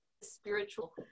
spiritual